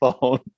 phone